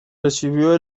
recibió